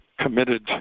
committed